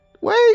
wait